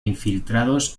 infiltrados